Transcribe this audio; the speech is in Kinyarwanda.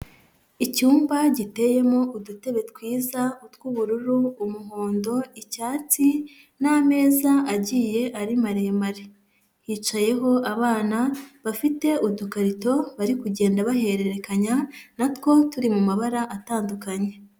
Icyumba giteyemo udutebe twiza, utw'ubururu, umuhondo, icyatsi n'ameza agiye ari maremare, hicayeho abana bafite udukarito bari kugenda bahererekanya, natwo turi mu mabara atandukanye.